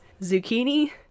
zucchini